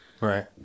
right